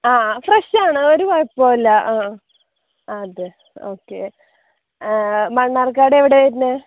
ആ ഫ്രഷ് ആണ് ഒരു കുഴപ്പവും ഇല്ല ആ അതെ ഓക്കെ ആ മണ്ണാർക്കാട് എവിടെ ആണ് വരുന്നത്